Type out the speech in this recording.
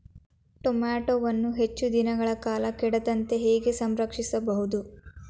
ಟೋಮ್ಯಾಟೋವನ್ನು ಹೆಚ್ಚು ದಿನಗಳ ಕಾಲ ಕೆಡದಂತೆ ಹೇಗೆ ಸಂರಕ್ಷಿಸಬಹುದು?